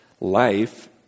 life